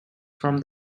from